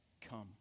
come